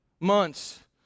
months